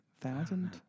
thousand